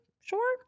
sure